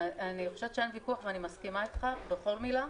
אני חושבת שאין ויכוח ואני מסכימה איתך בכל מילה.